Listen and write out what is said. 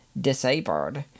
disabled